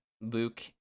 luke